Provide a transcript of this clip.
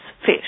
fish